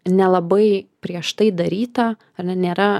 nelabai prieš tai daryta ar ne nėra